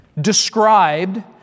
described